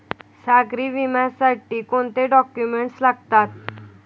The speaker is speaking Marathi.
सागरी विम्यासाठी कोणते डॉक्युमेंट्स लागतात?